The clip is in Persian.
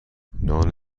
نان